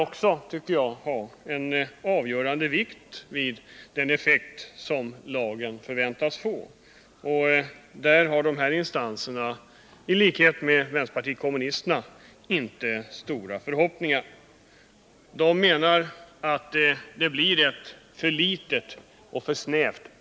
Också de bör väl fästa avgörande vikt vid den effekt som lagen förväntas få, men därvidlag har dessa instanser i likhet med vpk inte stora förhoppningar. De menar att tillämpningsområdet blir för snävt.